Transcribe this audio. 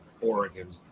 oregon